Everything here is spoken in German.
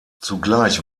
zugleich